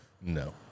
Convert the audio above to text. No